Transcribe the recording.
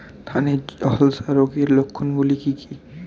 ধানের ঝলসা রোগের লক্ষণগুলি কি কি?